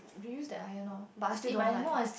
you use that iron lor but I still don't like